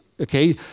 okay